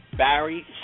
Barry